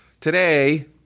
today